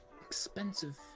expensive